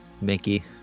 Mickey